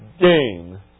gain